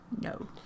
No